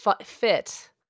fit